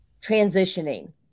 transitioning